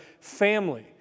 family